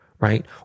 Right